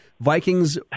Vikings